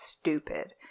Stupid